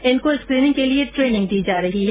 इनको स्क्रिनिंग के लिए ट्रेनिंग दी जा रही है